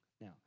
Now